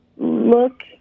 Look